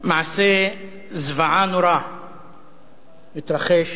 מעשה זוועה נורא התרחש